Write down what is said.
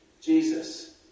Jesus